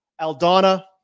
Aldana